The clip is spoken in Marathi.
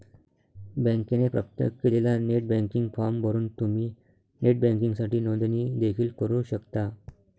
बँकेने प्राप्त केलेला नेट बँकिंग फॉर्म भरून तुम्ही नेट बँकिंगसाठी नोंदणी देखील करू शकता